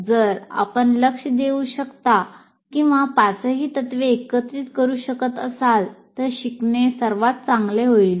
जर आपण लक्ष देऊ शकता किंवा पाचही तत्त्वे एकत्रित करू शकत असाल तर शिकणे सर्वात चांगले होईल